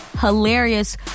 hilarious